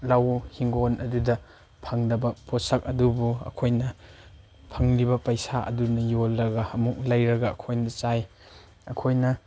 ꯂꯧ ꯏꯪꯈꯣꯜ ꯑꯗꯨꯗ ꯐꯪꯗꯕ ꯄꯣꯠꯁꯛ ꯑꯗꯨꯕꯨ ꯑꯩꯈꯣꯏꯅ ꯐꯪꯂꯤꯕ ꯄꯩꯁꯥ ꯑꯗꯨꯅ ꯌꯣꯜꯂꯒ ꯑꯃꯨꯛ ꯂꯩꯔꯒ ꯑꯩꯈꯣꯏꯅ ꯆꯥꯏ ꯑꯩꯈꯣꯏꯅ